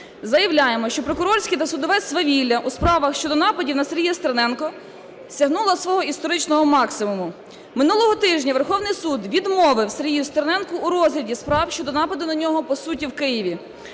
заявляємо, що прокурорське та судове свавілля у справах щодо нападів на Сергія Стерненка сягнуло свого історичного максимуму. Минулого тижня Верховний Суд відмовив Сергію Стерненку у розгляді справ щодо нападу на нього по суті в Києві,